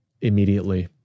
immediately